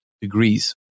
Degrees